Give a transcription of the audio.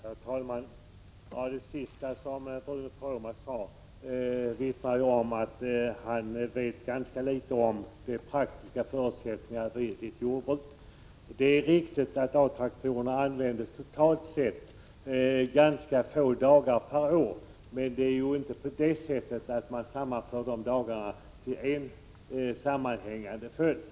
Herr talman! Av det sista som Bruno Poromaa sade i sitt anförande framgår att han vet ganska litet om de praktiska förutsättningarna att driva ett jordbruk. Det är riktigt att A-traktorer totalt sett används ganska få dagar per år. Men dessa dagar sammanförs inte till en sammanhängande följd.